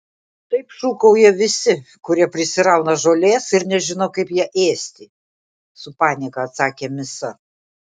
taip šūkauja visi kurie prisirauna žolės ir nežino kaip ją ėsti su panieka atsakė misa